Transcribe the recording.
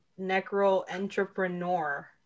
necro-entrepreneur